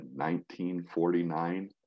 1949